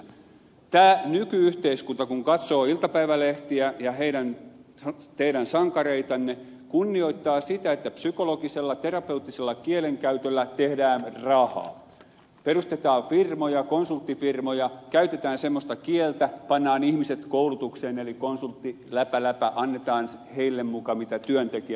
tämä nyky yhteiskunta kun katsoo iltapäivälehtiä ja teidän sankareitanne kunnioittaa sitä että psykologisella terapeuttisella kielenkäytöllä tehdään rahaa perustetaan firmoja konsulttifirmoja käytetään semmoista kieltä pannaan ihmiset koulutukseen eli konsultti läpä läpä annetaan heille muka mitä työntekijät haluavat